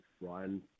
Ryan